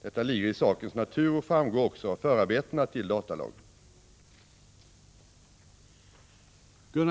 Detta ligger i sakens natur och framgår också av förarbetena till datalagen .